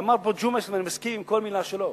ואמר פה ג'ומס, ואני מסכים עם כל מלה שלו: